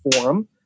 Forum